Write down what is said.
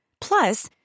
Plus